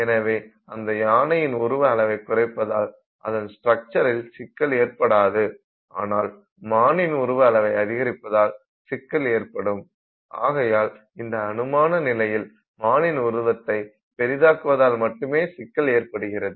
எனவே அந்த யானையின் உருவ அளவை குறைப்பதால் அதன் ஸ்ட்ரக்சரில் சிக்கல் ஏற்படாது ஆனால் மானின் உருவ அளவை அதிகரிப்பதால் சிக்கல் ஏற்படும் ஆகையால் இந்த அனுமான நிலையில் மானின் உருவத்தை பெரிதாக்குவதால் மட்டுமே சிக்கல் ஏற்படுகிறது